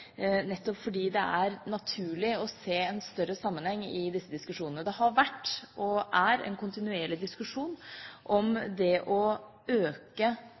nettopp fordi det er naturlig å se disse diskusjonene i en større sammenheng. Det har vært, og er, en kontinuerlig diskusjon om å øke